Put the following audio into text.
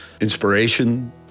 inspiration